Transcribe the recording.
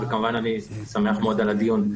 וכמובן אני שמח מאוד על הדיון.